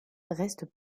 restent